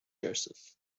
joseph